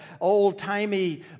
old-timey